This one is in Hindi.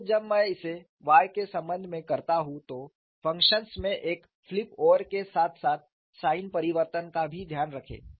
इसलिए जब मैं इसे y के संबंध में करता हूं तो फंक्शंस में एक फ्लिप ओवर के साथ साथ साइन परिवर्तन का भी ध्यान रखें